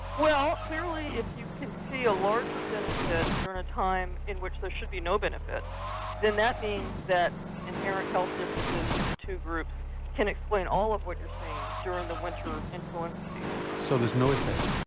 well clearly if you can see a larger benefit during a time in which there should be no benefit then that means that inherent health differences in the two groups can explain all of what you're seeing during the winter influenza season. so there's no effect?